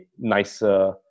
nicer